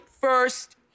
first